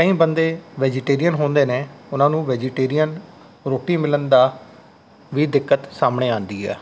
ਕਈ ਬੰਦੇ ਵੈਜੀਟੇਰੀਅਨ ਹੁੰਦੇ ਨੇ ਉਹਨਾਂ ਨੂੰ ਵੈਜੀਟੇਰੀਅਨ ਰੋਟੀ ਮਿਲਣ ਦਾ ਵੀ ਦਿੱਕਤ ਸਾਹਮਣੇ ਆਉਂਦੀ ਹੈ